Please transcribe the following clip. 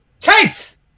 Chase